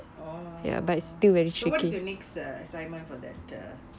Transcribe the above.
oh so what is your next assignment for that uh